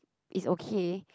is okay